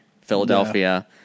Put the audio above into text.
Philadelphia